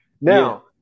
Now